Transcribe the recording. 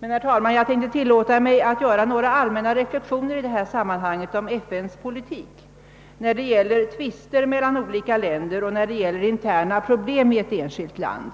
Herr talman! Jag tänkte också tillåta mig några allmänna reflexioner i detta sammanhang när det gäller FN:s politik beträffande tvister mellan olika länder och interna problem i ett enskilt land.